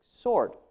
sword